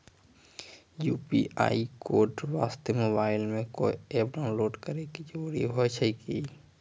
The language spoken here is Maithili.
यु.पी.आई कोड वास्ते मोबाइल मे कोय एप्प डाउनलोड करे के जरूरी होय छै की?